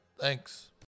thanks